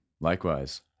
Likewise